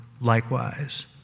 likewise